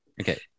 Okay